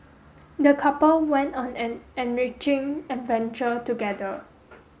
the couple went on an enriching adventure together